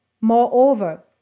Moreover